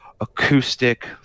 acoustic